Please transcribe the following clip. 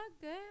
good